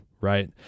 right